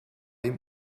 ihm